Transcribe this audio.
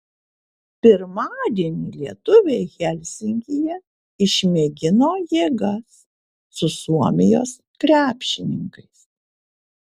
pirmadienį lietuviai helsinkyje išmėgino jėgas su suomijos krepšininkais